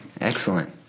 Excellent